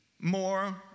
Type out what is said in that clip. more